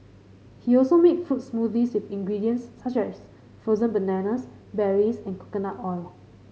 he also make fruit smoothies with ingredients such as frozen bananas berries and coconut oil